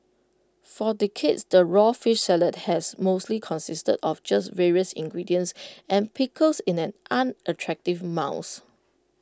for decades the raw fish salad has mostly consisted of just various ingredients and pickles in an unattractive mounds